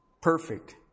perfect